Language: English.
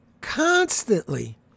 constantly